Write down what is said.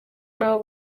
nabo